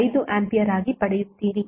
5 A ಆಗಿ ಪಡೆಯುತ್ತೀರಿ